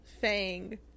fang